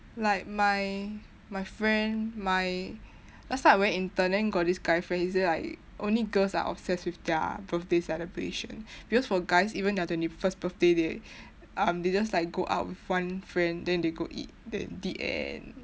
like my my friend my last time I went intern then got this guy friend he say like only girls are obsessed with their birthday celebration because for guys even their twenty first birthday they um they just like go out with one friend then they go eat then the end